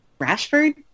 Rashford